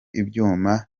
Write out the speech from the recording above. ibyuma